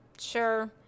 sure